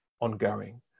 ongoing